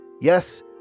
Yes